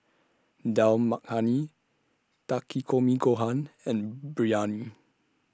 Dal Makhani Takikomi Gohan and Biryani